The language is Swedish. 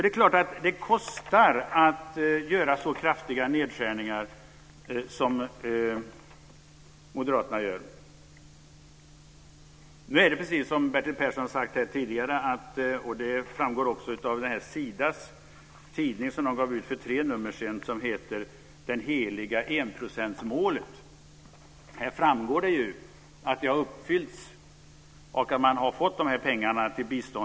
Det är klart att det kostar att göra så kraftiga nedskärningar som moderaterna gör.